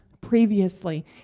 previously